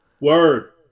Word